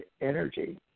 energy